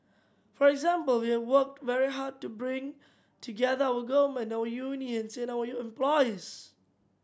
for example we have worked very hard to bring together our government our unions and our employers